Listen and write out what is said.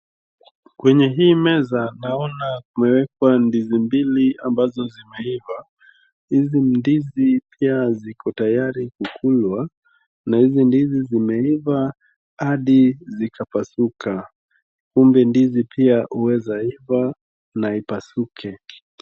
Kwenye hii meza naona kumewekwa ndizi mbili ambazo zimeiva. Hizi ndizi pia ziko tayari kukulwa na hizi ndizi zimeiva hadi zikapasuka. Kumbe ndizi pia hueza iva na ipasuke.